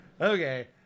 Okay